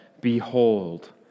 Behold